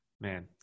man